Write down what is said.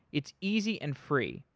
it's easy and free.